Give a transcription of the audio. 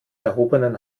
erhobenen